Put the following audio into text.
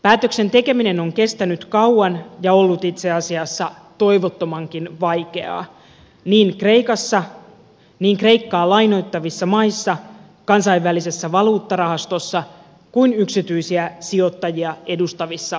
päätöksen tekeminen on kes tänyt kauan ja ollut itse asiassa toivottomankin vaikeaa niin kreikassa kreikkaa lainoittavissa maissa kansainvälisessä valuuttarahastossa kuin yksityisiä sijoittajia edustavissa piireissä